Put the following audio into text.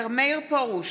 מאיר פרוש,